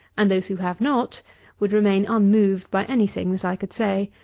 and those who have not would remain unmoved by any thing that i could say.